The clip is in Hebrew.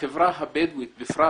החברה הבדואית בפרט